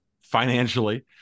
financially